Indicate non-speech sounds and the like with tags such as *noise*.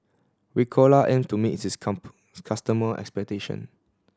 Ricola aims to meet its *unintelligible* customer expectation